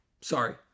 Sorry